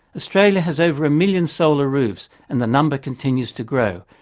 australia has over a million solar roofs and the number continues to grow.